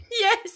Yes